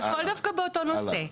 הכל דווקא באותו נושא.